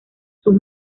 sus